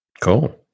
Cool